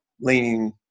leaning